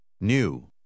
New